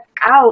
out